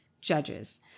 judges